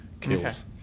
kills